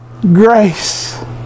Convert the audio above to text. grace